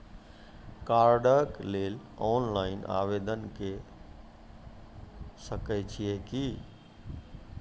कार्डक लेल ऑनलाइन आवेदन के सकै छियै की?